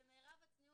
ופעילויות בשטח בתחום